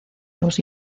los